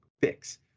fix